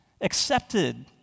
accepted